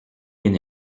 bien